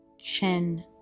Chin